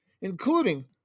including